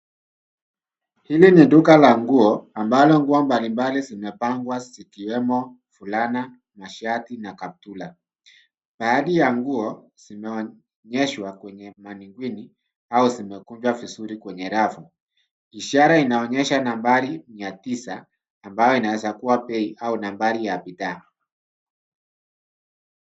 Hili ni duka la nguo ambalo nguo mbalimbali zimeopangwa zikiwemo fulana na shati na kaptura baadhi ya nguo zimeonyeshwa kwenye manikini au zimekunjwa vizuri kwenye rafu ishara inaonyesha nambari mia tisa ambayo inaweza kua bei au nambari ya bidhaa.